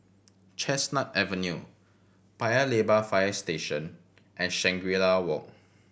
Chestnut Avenue Paya Lebar Fire Station and Shangri La Walk